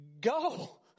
go